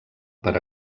per